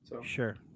Sure